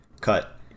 cut